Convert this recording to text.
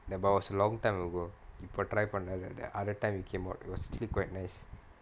ya but was a long time ago இப்ப:ippa try பண்லனா:panlanaa other time it came out it was actually quite nice